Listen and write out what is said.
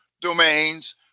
domains